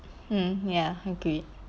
mm ya agreed